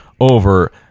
over